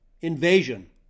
invasion